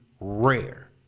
rare